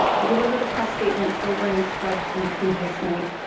i delivered the press statement, still wearing scrubs from the previous night.